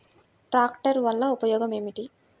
ట్రాక్టర్ల వల్ల ఉపయోగం ఏమిటీ?